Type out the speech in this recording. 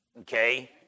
Okay